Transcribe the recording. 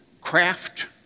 craft